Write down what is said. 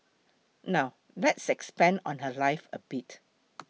now let's expand on her life a bit